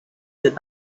did